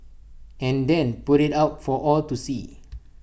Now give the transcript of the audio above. and then put IT out for all to see